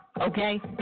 okay